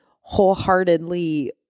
wholeheartedly